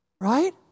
Right